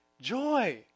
joy